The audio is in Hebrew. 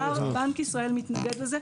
בנק ישראל מתנגד לזה.